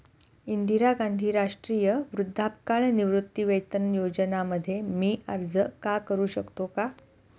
इंदिरा गांधी राष्ट्रीय वृद्धापकाळ निवृत्तीवेतन योजना मध्ये मी अर्ज का करू शकतो का?